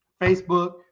Facebook